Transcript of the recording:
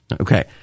Okay